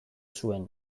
zuen